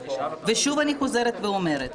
ושוב אני חוזרת ואומרת,